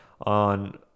on